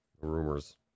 Rumors